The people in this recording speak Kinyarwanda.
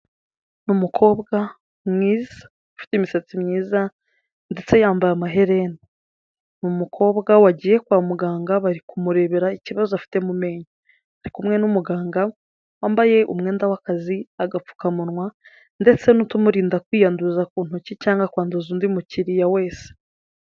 Ni umukobwa mwiza ufite imisatsi myiza ndetse yambaye amaherena, ni umukobwa wagiye kwa muganga bari kumurebera ikibazo afite mu menyo, ari kumwe n'umuganga wambaye umwenda w'akazi agapfukamunwa ndetse n'utumurinda kwiyanduza ku ntoki cyangwa kwanduza undi mukiriya wese.